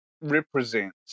represents